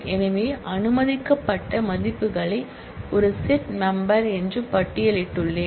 எனவே அனுமதிக்கப்பட்ட மதிப்புகளை ஒரு செட் மெம்பெர் என்று பட்டியலிட்டுள்ளேன்